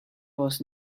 was